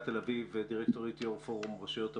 תל אביב ודירקטורית פורום הרשויות המקומיות,